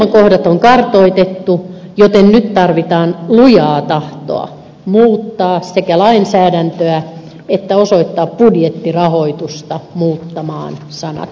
ongelmakohdat on kartoitettu joten nyt tarvitaan lujaa tahtoa sekä muuttaa lainsäädäntöä että osoittaa budjettirahoitusta muuttamaan sanat teoiksi